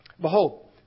Behold